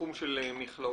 בתחום של מכלאות.